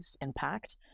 impact